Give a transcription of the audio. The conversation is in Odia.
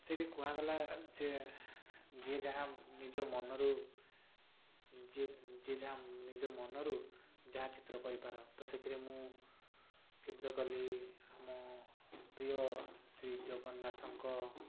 ସେଠି କୁହାଗଲା ଯେ ଯିଏ ଯାହା ନିଜ ମନରୁ ଯିଏ ଯିଏ ଯାହା ନିଜ ମନରୁ ଯାହା ଚିତ୍ର କରିପାର ତ ସେଥିରେ ମୁଁ ଚିତ୍ର କଲି ଆମ ପ୍ରିୟ ଶ୍ରୀ ଜଗନ୍ନାଥଙ୍କ